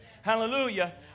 Hallelujah